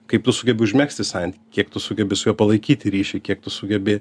kaip tu sugebi užmegzti santykį kiek tu sugebi su juo palaikyti ryšį kiek tu sugebi